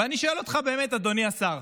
ואני שואל אותך באמת, אדוני השר: